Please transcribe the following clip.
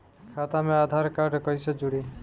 खाता मे आधार कार्ड कईसे जुड़ि?